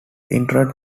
interred